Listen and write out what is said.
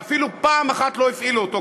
ואפילו פעם אחת לא הפעילו אותו,